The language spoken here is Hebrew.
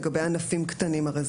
לגבי ענפים קטנים: הרי,